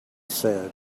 said